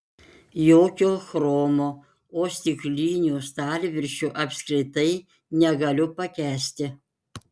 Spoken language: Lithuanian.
jokio chromo o stiklinių stalviršių apskritai negaliu pakęsti